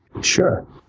Sure